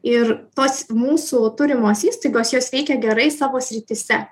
ir tos mūsų turimos įstaigos jos veikia gerai savo srityse